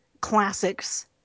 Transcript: classics